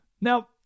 Now